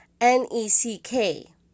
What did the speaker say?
N-E-C-K